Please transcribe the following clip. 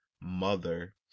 mother